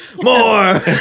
more